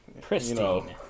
Pristine